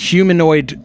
Humanoid